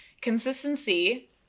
consistency